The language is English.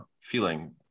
feeling